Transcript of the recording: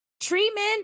Treatment